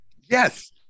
yes